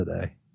today